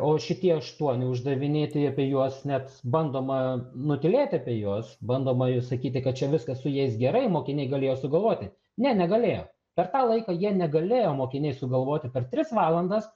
o šitie aštuoni uždaviniai tai apie juos net bandoma nutylėti apie juos bandoma jau sakyti kad čia viskas su jais gerai mokiniai galėjo sugalvoti ne negalėjo per tą laiką jie negalėjo mokiniai sugalvoti per tris valandas